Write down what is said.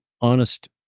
honest